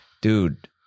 dude